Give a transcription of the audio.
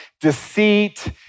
deceit